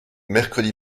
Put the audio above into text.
mercredi